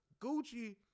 Gucci